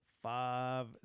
five